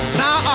now